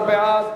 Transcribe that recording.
16 בעד,